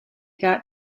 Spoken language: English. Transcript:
got